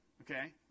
okay